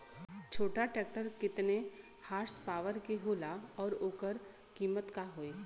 छोटा ट्रेक्टर केतने हॉर्सपावर के होला और ओकर कीमत का होई?